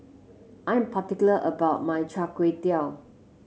I'm particular about my Chai Tow Kuay